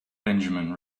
benjamin